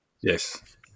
Yes